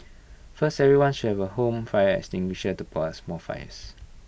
first everyone should have A home fire extinguisher to put us mall fires